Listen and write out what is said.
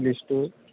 list